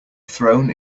throne